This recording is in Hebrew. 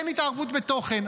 אין התערבות בתוכן,